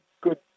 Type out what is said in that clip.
good